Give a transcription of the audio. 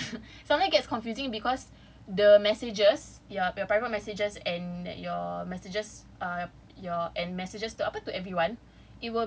tapi kan sometimes get confusing cause the messages your private messages and your messages uh your and messages apa to everyone